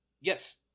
yes